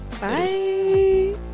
Bye